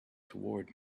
towards